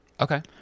Okay